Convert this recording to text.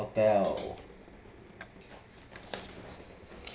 hotel